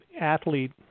athlete